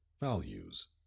values